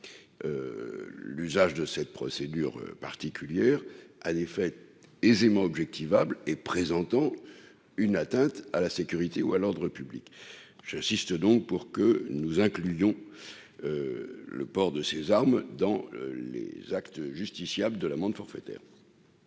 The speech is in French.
l'usage de cette procédure particulière à aisément objective able et présentant une atteinte à la sécurité ou à l'ordre public, j'insiste donc pour que nous inclusion le port de ces armes dans les actes justiciables de l'amende forfaitaire.